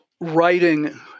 writing